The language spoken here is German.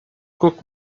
guck